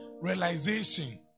realization